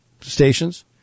stations